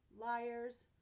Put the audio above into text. liars